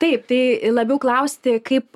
taip tai labiau klausti kaip